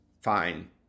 fine